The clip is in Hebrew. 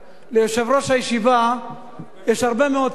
ליושב-ראש הישיבה יש הרבה מאוד כוח.